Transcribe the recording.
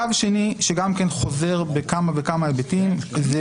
קו שני שגם הוא חוזר בכמה וכמה היבטים זה